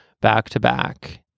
back-to-back